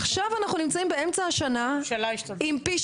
עכשיו אנחנו נמצאים באמצע השנה עם פי